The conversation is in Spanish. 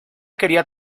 quería